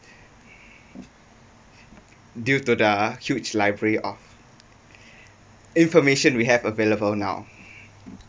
due to the huge library of information we have available now